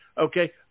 Okay